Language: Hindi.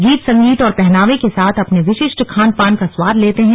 गीत संगीत और पहनावे के साथ अपने विशिष्ट खान पान का स्वाद लेते हैं